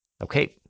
Okay